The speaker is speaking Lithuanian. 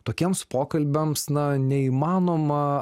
tokiems pokalbiams na neįmanoma